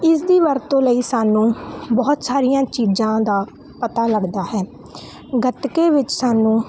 ਇਸ ਦੀ ਵਰਤੋਂ ਲਈ ਸਾਨੂੰ ਬਹੁਤ ਸਾਰੀਆਂ ਚੀਜ਼ਾਂ ਦਾ ਪਤਾ ਲੱਗਦਾ ਹੈ ਗਤਕੇ ਵਿੱਚ ਸਾਨੂੰ